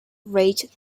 rated